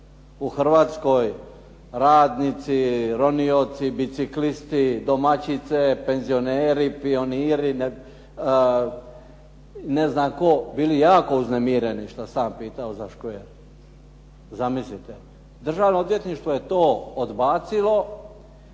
u Hrvatskoj radnici, ronioci, biciklisti, domaćice, penzioneri, pioniri, ne znam tko bili jako uznemireni što sam ja pitao za škvere. Zamislite. Državno odvjetništvo je to odbacilo